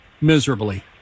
miserably